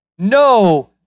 No